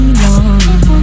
long